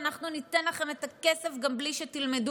אנחנו ניתן לכם את הכסף גם בלי שתלמדו.